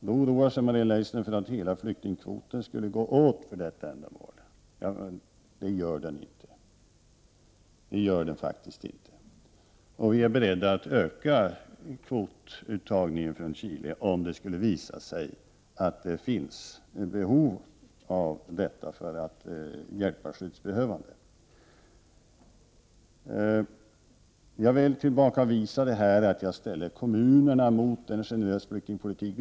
Maria Leissner oroar sig över att hela flyktingkvoten skall kunna gå åt för detta ändamål. Det gör den faktiskt inte. Vi är också beredda att öka kvoten beträffande Chile, om det skulle visa sig att det finns ett behov av att hjälpa ytterligare skyddsbehövande. Jag vill bemöta påståendet att jag har ställt kommunerna mot en generös flyktingpolitik.